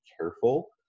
careful